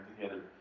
together